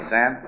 Sam